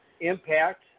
impact